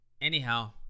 Anyhow